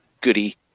goody